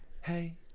Hey